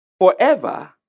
forever